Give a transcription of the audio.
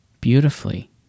beautifully